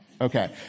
Okay